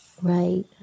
Right